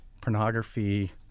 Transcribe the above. pornography